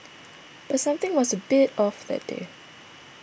but something was a bit off that day